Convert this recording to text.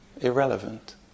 irrelevant